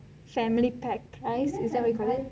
family pack